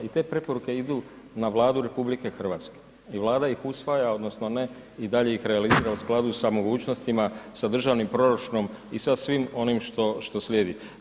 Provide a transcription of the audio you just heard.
I te preporuke idu na Vladu RH i Vlada ih usvaja odnosno ne i dalje ih realizira u skladu sa mogućnostima, sa državni proračunom i sa svim onim što, što slijedi.